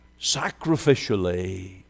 sacrificially